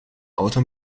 auto